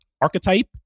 archetype